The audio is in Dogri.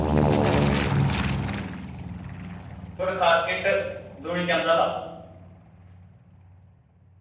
सकिट दूनीचंद आह्ला